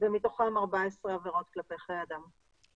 מתוכם 14 עבירות כלפי חיי אדם.